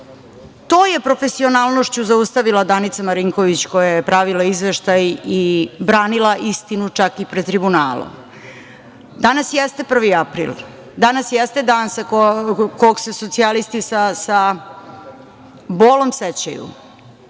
to je profesionalnošću zaustavila Danica Marinković, koja je pravila izveštaj i branila istinu čak i pred Tribunalom. Danas jeste 1. april, danas jeste dan kog se socijalisti sa bolom sećaju.